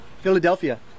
Philadelphia